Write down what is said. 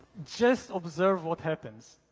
just observe what happens.